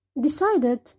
decided